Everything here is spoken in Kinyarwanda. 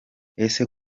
ese